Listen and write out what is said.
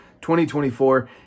2024